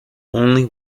only